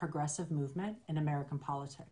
אבל כל עשרת הנותרים לא יוכלו לדבר בגלל אילוצי הזמן.